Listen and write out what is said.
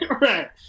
Right